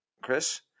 Chris